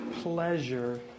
pleasure